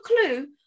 clue